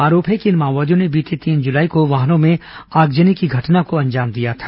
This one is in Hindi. आरोप है कि इन माओवादियों ने बीते तीन जुलाई को वाहनों में आगजनी की घटना को अंजाम दिया था